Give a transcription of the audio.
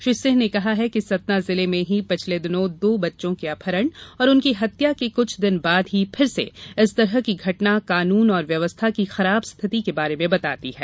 श्री सिंह ने कहा कि सतना जिले में ही पिछले दिनों दो बच्चों के अपहरण और उनकी हत्या के कुछ दिन बाद ही फिर से इस तरह की घटना कानून और व्यवस्था की खराब स्थिति के बारे में बताती है